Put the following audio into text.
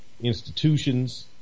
institutions